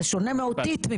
זה שונה מהותית.